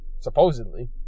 Supposedly